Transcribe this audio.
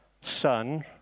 Son